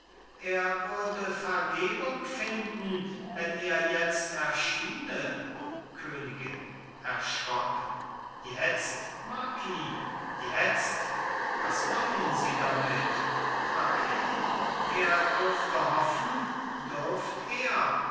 er würde vergebung finden wenn er jetzt erschiene königin erschrocken jetzt marquis jetzt was meinen sie damit marquis er dürfte hoffen dürft er